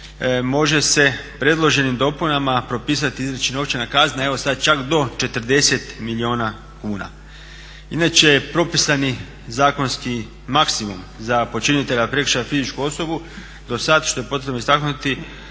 može se predloženim dopunama propisati i izreći novčana kazna, evo sad čak do 40 milijuna kuna. Inače propisani zakonski maksimum za počinitelja prekršaja fizičku osobu dosad što je potrebno istaknuti